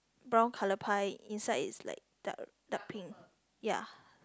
brown colour pie inside is like dark dark pink ya